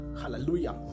hallelujah